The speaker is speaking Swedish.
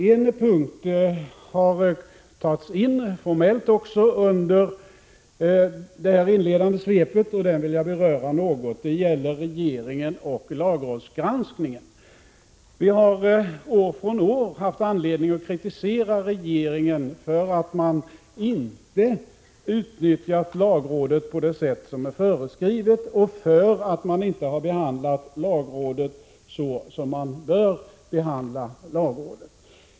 En punkt som formellt har tagits in under det inledande avsnittet vill jag dock beröra något. Den gäller regeringen och lagrådsgranskningen. Vi har år efter år haft anledning att kritisera regeringen för att regeringen inte har utnyttjat lagrådet på det sätt som är föreskrivet och för att regeringen inte har behandlat lagrådet så som detta bör behandlas.